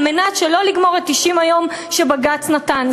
כדי שלא לגמור את 90 היום שבג"ץ נתן.